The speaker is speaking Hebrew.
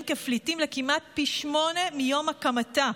כפליטים כמעט פי שמונה מיום הקמתה,